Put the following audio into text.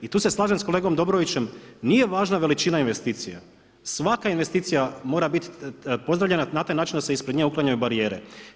I tu se slažem s kolegom Dobrovićem, nije važna veličina investicija, svaka investicija mora biti pozdravljena na taj način da se ispred nje uklanjaju barijere.